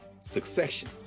Succession